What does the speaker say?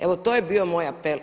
Evo, to je bio moj apel.